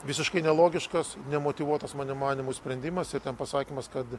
visiškai nelogiškas nemotyvuotas manymu sprendimas ir ten pasakymas kad